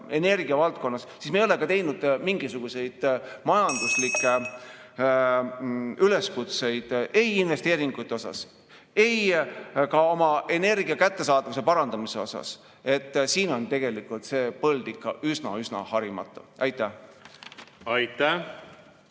siis me ei ole teinud mingisuguseid majanduslikke üleskutseid ei investeeringute osas ega ka energia kättesaadavuse parandamise osas. Siin on tegelikult see põld ikka üsna-üsna harimata. Aitäh! Aitäh!